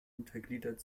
untergliedert